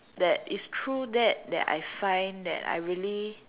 that it's true that that I find that I really